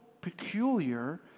peculiar